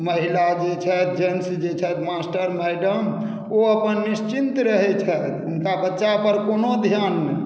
महिला जे छथि जेन्टस जे छथि मास्टर मैडम ओ अपन निश्चिन्त रहैत छथि हुनका बच्चा पर कोनो ध्यान नहि